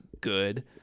good